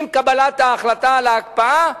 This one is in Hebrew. עם קבלת ההחלטה על ההקפאה,